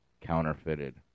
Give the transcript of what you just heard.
counterfeited